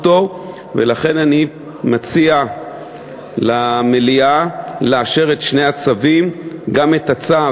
לכן אני מציע למליאה לאשר את שני הצווים: גם את הצו